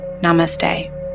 Namaste